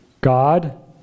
God